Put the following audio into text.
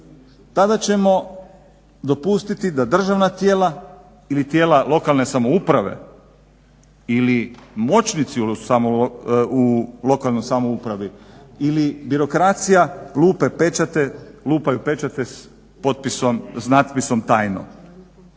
tada ćemo dopustiti da državna tijela ili tijela lokalne samouprave ili moćnici u lokalnoj samoupravi ili birokracija lupaju pečate s natpisom tajno.